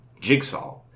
Jigsaw